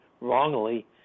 wrongly